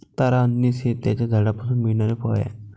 तारा anise हे त्याच्या झाडापासून मिळणारे फळ आहे